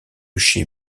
chez